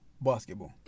basketball